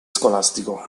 scolastico